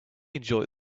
enjoyed